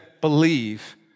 believe